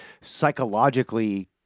psychologically